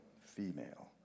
female